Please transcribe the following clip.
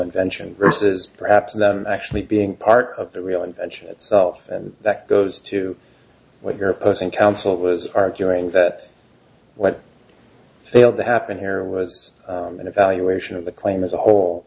invention versus perhaps than actually being part of the real invention itself and that goes to what your opposing counsel was arguing that what failed to happen here was an evaluation of the claim as a whole